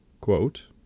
quote